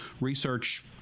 research